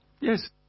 Yes